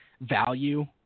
value